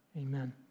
Amen